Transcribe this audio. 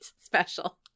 special